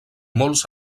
molts